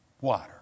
Water